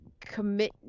commit